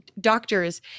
doctors